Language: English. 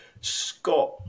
Scott